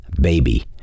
baby